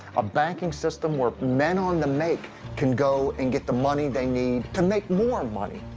a banking system where men on the make can go and get the money they need to make more money.